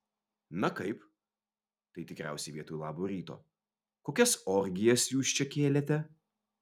na kaip tai tikriausiai vietoj labo ryto kokias orgijas jūs čia kėlėte